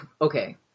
Okay